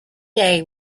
day